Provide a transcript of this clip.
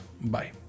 Bye